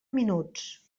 minuts